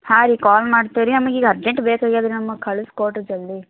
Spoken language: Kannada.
ಹಾಂ ರೀ ಕಾಲ್ ಮಾಡ್ತೀವಿ ರೀ ಆಮೇಲೆ ಈಗ ಅರ್ಜೆಂಟ್ ಬೇಕಾಗಿದೆ ನಮಗೆ ಕಳಿಸಿ ಕೊಡ್ರಿ ಜಲ್ದಿ